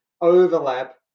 overlap